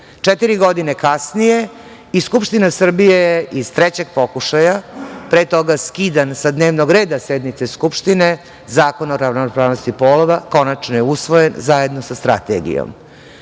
terenu. Četiri godine kasnije i Skupština Srbije je iz trećeg pokušaja, pre toga skidan sa dnevnog reda sednice Skupštine, Zakon o ravnopravnosti polova, konačno usvojila zajedno sa strategijom